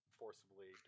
forcibly